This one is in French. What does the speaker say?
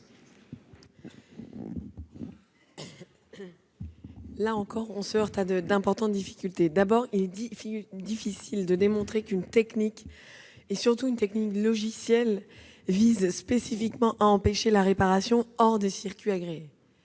Là encore, nous nous heurtons à d'importantes difficultés. D'abord, il n'est pas aisé de démontrer qu'une technique, surtout une technique logicielle, vise spécifiquement à empêcher la réparation hors des circuits agréés.